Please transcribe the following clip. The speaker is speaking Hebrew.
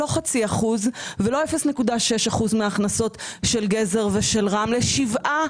זה לא חצי אחוז ולא 0.6 אחוז מההכנסות של גזר ושל רמלה אלא אלה שבעה